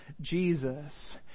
Jesus